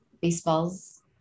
Baseball's